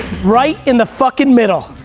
right in the fucking middle.